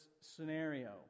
scenario